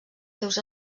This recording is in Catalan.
seus